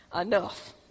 Enough